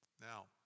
Now